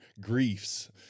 griefs